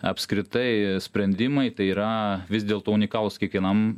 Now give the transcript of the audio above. apskritai sprendimai tai yra vis dėlto unikalūs kiekvienam